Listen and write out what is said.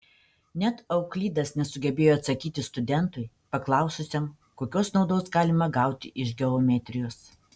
net euklidas nesugebėjo atsakyti studentui paklaususiam kokios naudos galima gauti iš geometrijos